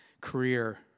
career